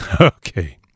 Okay